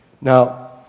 Now